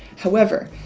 however,